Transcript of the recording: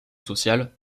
sociale